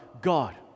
God